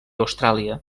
austràlia